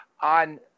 on